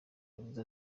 yavuze